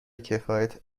کفایت